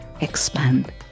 Expand